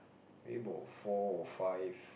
went about four or five